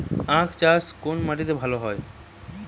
আখ চাষ কোন মাটিতে ভালো হয়?